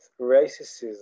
racism